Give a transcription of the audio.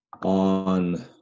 On